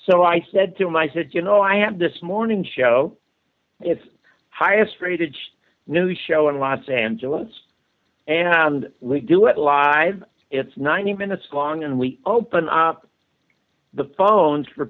so i said to my said you know i have this morning show it's highest rated new show in los angeles and we do it live it's ninety minutes long and we open up the phones for